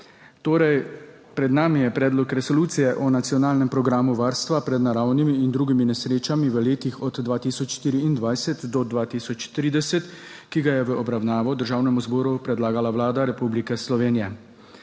uprave! Pred nami je Predlog resolucije o nacionalnem programu varstva pred naravnimi in drugimi nesrečami v letih od 2024 do 2030, ki ga je v obravnavo Državnemu zboru predlagala Vlada Republike Slovenije.